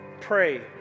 pray